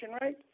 right